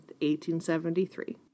1873